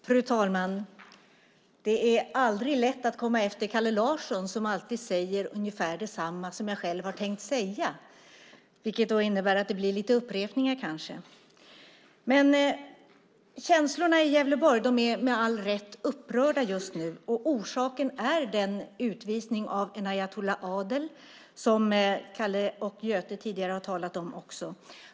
Fru talman! Det är aldrig lätt att komma efter Kalle Larsson som alltid säger ungefär detsamma som jag själv har tänkt säga, vilket innebär att det kanske blir lite upprepningar. Känslorna i Gävleborg är med all rätt upprörda just nu. Orsaken är den utvisning av Enayatullah Adel som Kalle och Göte tidigare har talat om.